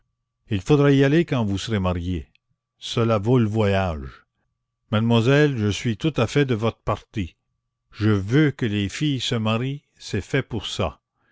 il faudra y aller quand vous serez mariés cela vaut le voyage mademoiselle je suis tout à fait de votre parti je veux que les filles se marient c'est fait pour ça